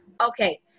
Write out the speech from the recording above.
Okay